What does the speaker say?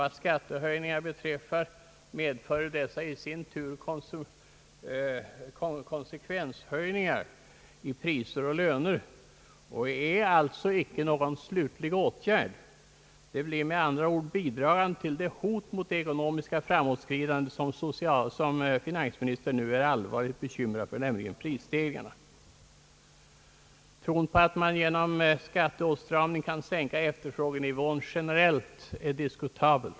Å andra sidan medför skattehöjningar konsekvensstegringar i priser och löner och utgör alltså icke någon slutligt tillfredsställande åtgärd. De bidrar med andra ord till det hot mot det ekonomiska framåtskridandet som finansministern nu är allvarligt bekymrad över, nämligen prisstegringarna. Tron på att man genom skatteåtstramning generelit kan sänka efterfrågenivån är diskutabel.